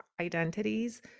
identities